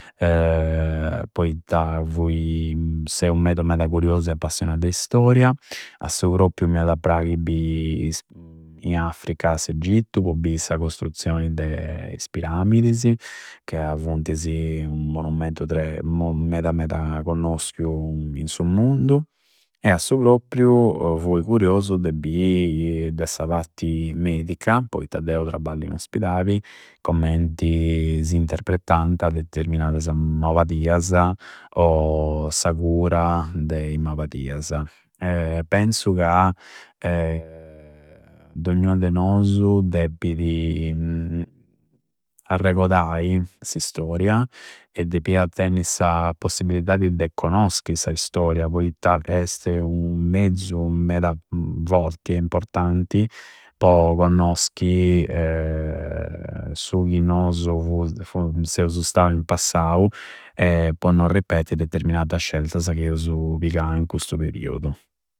Poitta fui, se meda meda curiosu e appassionau de istoria. A su propriu m'iada a praghi bi in Africa, s'Eggittu, po bi sa costruzioi de is piramidisi ca funtisi u monumentu tra, meda meda connosciu in su mundu. E a su propriu fui curiosu de bi chi de sa parti medica, poitta deu trabballu in ospidabi, commenti s'interprentanta determinadasa mabadiasa o sa cura de i mabadiasa. Penzu ca d'ognua de nosu deppidi arregodai s'istoria e deppia tenni sa possibilidadi de conoschi sa istoria poitta esti u mezzu meda forti e importanti po connoschi su chi nosu fu, fu, seusu stau in passau e po no arrippetti determinata sceltasa chi eusu pigau in custu periudu.